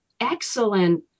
excellent